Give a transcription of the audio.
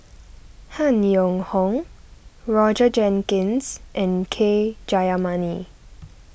Han Yong Hong Roger Jenkins and K Jayamani